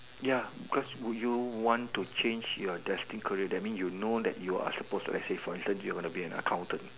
ya because would you want to change your destined career that means you know that you are supposed to actually for instance you're gonna be an accountant